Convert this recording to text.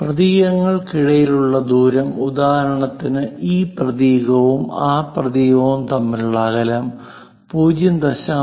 പ്രതീകങ്ങൾക്കിടയിലുള്ള ദൂരം ഉദാഹരണത്തിന് ഈ പ്രതീകവും ആ പ്രതീകവും തമ്മിലുള്ള അകലം 0